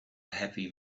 happy